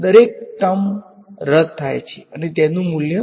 દરેક ટર્મ રદ થાય છે અને તેનું મૂલ્ય 1 છે